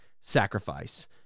sacrifice